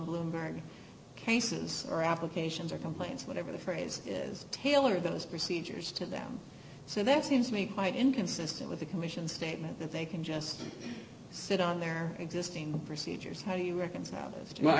limburg cases are applications or complaints whatever the phrase is tailor those procedures to them so that seems to me quite inconsistent with the commission's statement that they can just sit on their existing procedures how do you reconcile